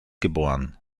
geboren